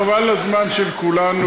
חבל על הזמן של כולנו.